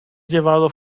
llevado